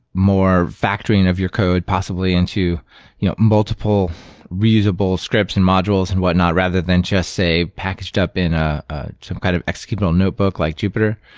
more factoring of your code possibly into you know multiple reusable scripts and modules and whatnot rather than just, say, packaged up in ah some kind of executable notebook, like jupyter.